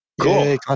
cool